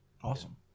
Awesome